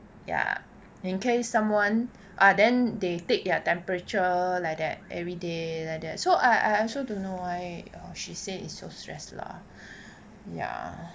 ya in case someone ah then they take their temperature like that everyday like that so I I also don't know why she said it's so stress lah ya